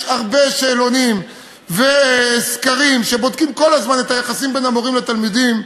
יש הרבה שאלונים וסקרים שבודקים כל הזמן את היחסים בין המורים לתלמידים,